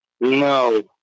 No